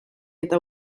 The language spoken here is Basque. eta